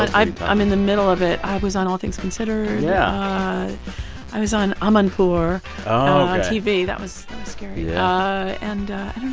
i'm i'm in the middle of it. i was on all things considered yeah i was on amanpour. oh, ok. on tv. that was scary yeah and i